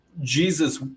Jesus